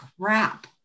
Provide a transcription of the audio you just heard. crap